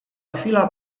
chwila